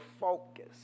focus